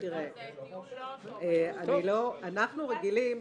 אנחנו רגילים,